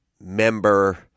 member